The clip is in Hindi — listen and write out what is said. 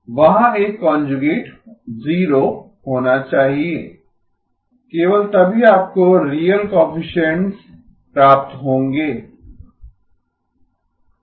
वहाँ एक कांजुगेट 0 होना चाहिए केवल तभी आपको रियल कोएफिसिएन्ट प्राप्त होंगें